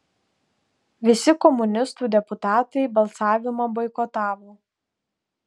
visi komunistų deputatai balsavimą boikotavo